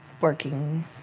working